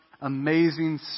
amazing